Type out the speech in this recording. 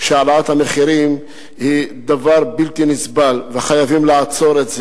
שהעלאת המחירים היא דבר בלתי נסבל וחייבים לעצור את זה,